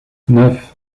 neuf